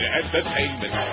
entertainment